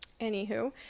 anywho